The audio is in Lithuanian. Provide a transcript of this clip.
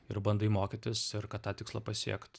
ir bandai mokytis ir kad tą tikslą pasiekt